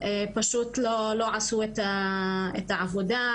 פשוט לא עשו את העבודה,